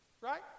Right